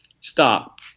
stop